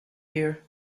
here